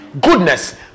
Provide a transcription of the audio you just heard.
goodness